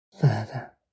further